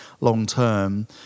long-term